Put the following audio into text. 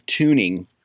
tuning